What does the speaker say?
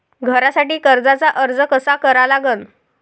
घरासाठी कर्जाचा अर्ज कसा करा लागन?